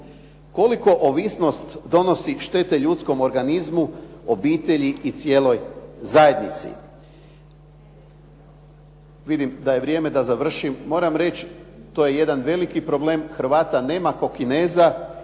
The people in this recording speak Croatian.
Koliko ovisnost donosi štete ljudskom organizmu, obitelji i cijeloj zajednici? Vidim da je vrijeme da završim. Moram reći to je jedan veliki problem, Hrvata nema kao Kineza,